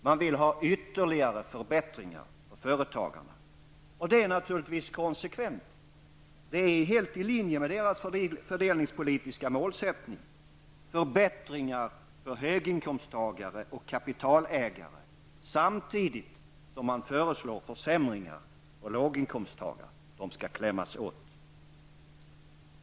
Man vill ha ytterligare förbättringar för företagarna. Det är naturligtvis konskvent och helt i linje med moderaternas fördelningspolitiska målsättning, att förbättra för höginkomsttagare och kapitalägare samtidigt som man föreslår försämringar för låginkomsttagare -- de skall klämmas åt.